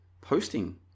posting